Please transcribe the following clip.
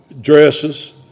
dresses